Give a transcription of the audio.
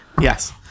Yes